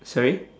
sorry